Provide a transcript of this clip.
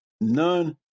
None